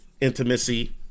intimacy